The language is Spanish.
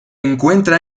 encuentra